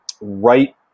Right